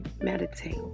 Meditate